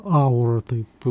aurą taip